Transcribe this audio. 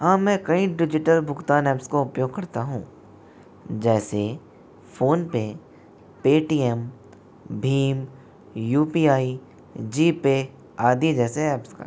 हाँ मैं कई डिजिटल भुगतान ऐप्स को उपयोग करता हूँ जैसे फोनपे पेटीएम भीम U P I G Pay आदि जैसे ऐप्स का